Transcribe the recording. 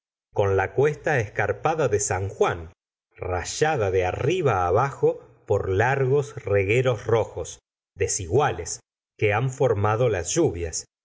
con la cuesta escarpada de san juan rayada de arriba abajo por largos regueros rojos desiguales que han formado las lluvias